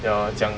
ya lor 讲